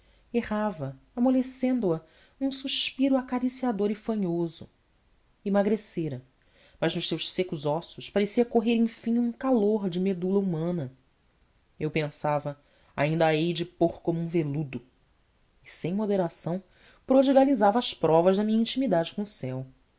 errava amolecendo a um suspiro acariciador e fanhoso emagrecera mas nos seus secos ossos parecia correr enfim um calor de medula humana eu pensava ainda a hei de pôr como um veludo e sem moderação prodigalizava as provas da minha intimidade com o céu